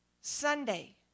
Sunday